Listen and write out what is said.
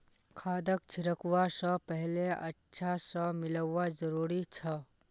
खादक छिड़कवा स पहले अच्छा स मिलव्वा जरूरी छ